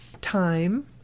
time